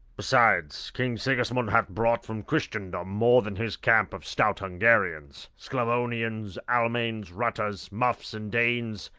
besides, king sigismund hath brought from christendom more than his camp of stout hungarians sclavonians, almains, rutters, muffs, and danes,